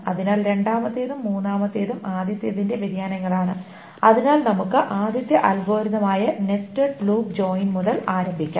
അതിനാൽ രണ്ടാമത്തേതും മൂന്നാമത്തേതും ആദ്യത്തേതിന്റെ വ്യതിയാനങ്ങളാണ് അതിനാൽ നമുക്ക് ആദ്യത്തെ അൽഗോരിതം ആയ നെസ്റ്റഡ് ലൂപ്പ് ജോയിൻ മുതൽ ആരംഭിക്കാം